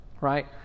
right